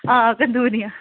हां कंदूरियां